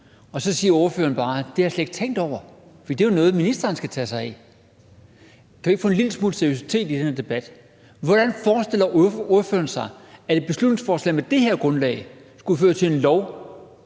og så siger ordføreren bare: Det har jeg slet ikke tænkt over, for det er jo noget, ministeren skal tage sig af. Kan vi ikke få en lille smule seriøsitet ind i den her debat? Hvordan forestiller ordføreren sig, at et beslutningsforslag, der hviler på det her grundlag, skulle føre til en lov,